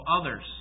others